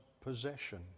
possession